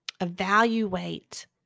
Evaluate